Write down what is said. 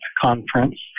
conference